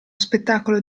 spettacolo